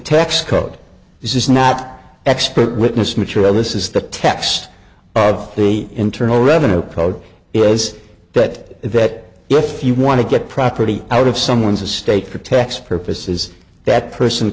tax code this is not expert witness material this is the text of the internal revenue code is that if you want to get property out of someone's a state for tax purposes that person